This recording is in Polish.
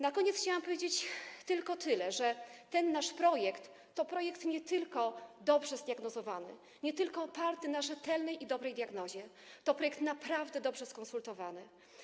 Na koniec chciałam powiedzieć tylko tyle: nasz projekt to projekt nie tylko dobrze zdiagnozowany, nie tylko oparty na rzetelnej i dobrej diagnozie, ale także projekt naprawdę dobrze skonsultowany.